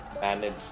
manage